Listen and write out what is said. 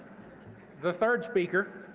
the third speaker